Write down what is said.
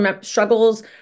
struggles